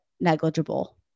negligible